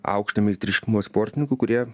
aukšto meistriškumo sportininkų kurie